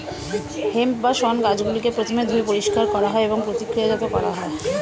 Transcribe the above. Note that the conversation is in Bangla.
হেম্প বা শণ গাছগুলিকে প্রথমে ধুয়ে পরিষ্কার করা হয় এবং প্রক্রিয়াজাত করা হয়